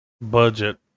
Budget